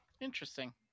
Interesting